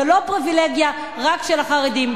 זה לא פריווילגיה רק של החרדים.